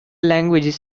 languages